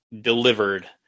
delivered